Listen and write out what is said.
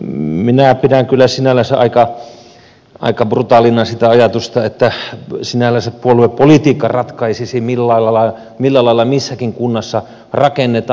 minä pidän kyllä aika brutaalina sitä ajatusta että sinällänsä puoluepolitiikka ratkaisisi millä lailla missäkin kunnassa rakennetaan